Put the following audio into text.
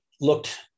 looked